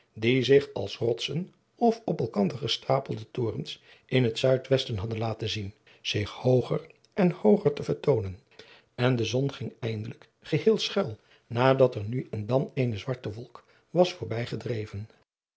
die zich als rotsen of op elkander gestapelde torens in het zuidwesten hadden laten zien zich hooger en hooger te vertoonen en de zon ging eindelijk geheel schuil nadat er nu en dan eene zware wolk was voorbij gedreven